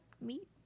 meat